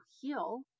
heal